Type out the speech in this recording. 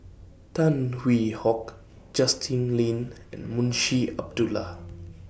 Tan Hwee Hock Justin Lean and Munshi Abdullah